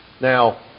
Now